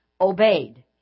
obeyed